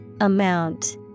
Amount